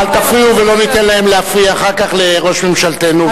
אל תפריעו ולא ניתן להם להפריע אחר כך לראש ממשלתנו-ממשלתכם.